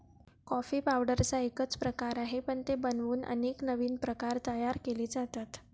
coffee पावडरचा एकच प्रकार आहे, पण ते बनवून अनेक नवीन प्रकार तयार केले जातात